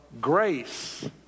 grace